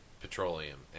petroleum